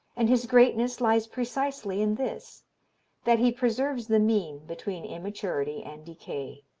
and his greatness lies precisely in this that he preserves the mean between immaturity and decay.